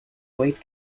weight